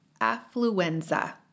affluenza